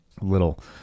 little